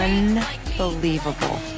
Unbelievable